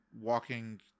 walking